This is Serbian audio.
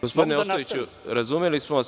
Gospodine Ostojiću, razumeli smo vas.